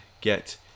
get